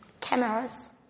cameras